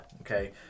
Okay